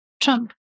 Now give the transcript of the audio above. Trump